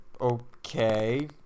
Okay